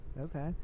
Okay